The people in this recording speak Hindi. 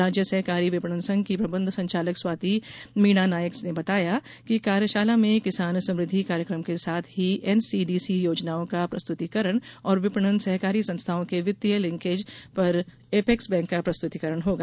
राज्य सहकारी विपणन संघ की प्रबंध संचालक स्वाति मीणा नायक ने बताया कि कार्यशाला में किसान समृद्धि कार्यक्रम के साथ ही एनसीडीसी योजनाओं का प्रस्तुतिकरण और विपणन सहकारी संस्थाओं के वित्तीय लिंकेज पर अपेक्स बैंक का प्रस्तुतिकरण होगा